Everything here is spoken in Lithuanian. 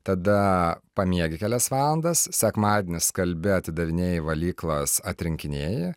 tada pamiegi kelias valandas sekmadienį skalbi atidavinėji į valyklas atrinkinėji